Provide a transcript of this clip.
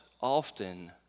often